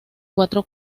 cuatro